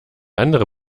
andere